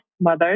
mothers